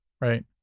right